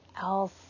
else